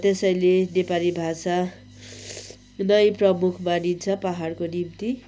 त्यसैले नेपाली भाषा नै प्रमुख मानिन्छ पहाडको निम्ति